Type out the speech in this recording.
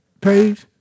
page